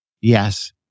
yes